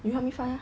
you help me find